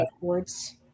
words